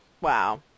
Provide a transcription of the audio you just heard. Wow